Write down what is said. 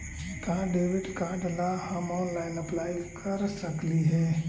का debit card ला हम ऑनलाइन अप्लाई कर सकली हे?